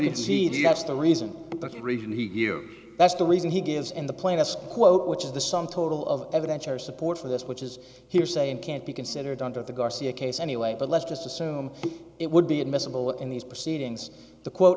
reason that reason he here that's the reason he gives in the plainest quote which is the sum total of evidence or support for this which is hearsay and can't be considered under the garcia case anyway but let's just assume it would be admissible in these proceedings the quote